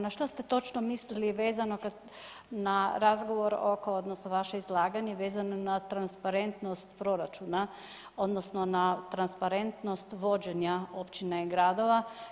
Na što ste točno mislili vezano na razgovor odnosno vaše izlaganje vezano na transparentnost proračuna odnosno na transparentnost vođenja općina i gradova?